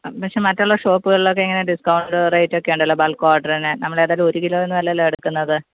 പക്ഷേ മറ്റുള്ള ഷോപ്പുകളിലൊക്കെ ഇങ്ങനെ ഡിസ്കൗണ്ട് റേറ്റ് ഒക്കെ ഉണ്ടല്ലോ ബൾക്ക് ഓഡ്രിന് നമ്മളേതായാലും ഒരു കിലോയൊന്നും അല്ലല്ലോ എടുക്കുന്നത്